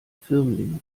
firmlinge